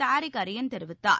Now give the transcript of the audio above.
தாரிக் அரியன் தெரிவித்தார்